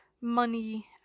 money